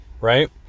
Right